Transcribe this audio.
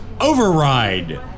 Override